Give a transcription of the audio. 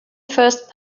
first